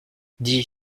dis